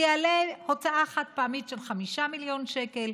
זה הוצאה חד-פעמית של 5 מיליון שקל,